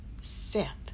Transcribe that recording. Seth